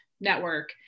network